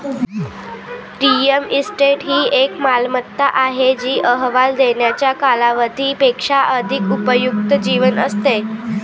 real estate ही एक मालमत्ता आहे जी अहवाल देण्याच्या कालावधी पेक्षा अधिक उपयुक्त जीवन असते